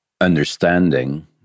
understanding